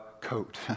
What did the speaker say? coat